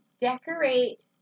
decorate